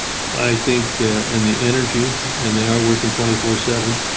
i think and the energy and they are working twenty four seven